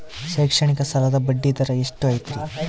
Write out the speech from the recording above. ಶೈಕ್ಷಣಿಕ ಸಾಲದ ಬಡ್ಡಿ ದರ ಎಷ್ಟು ಐತ್ರಿ?